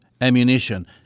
ammunition